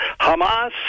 Hamas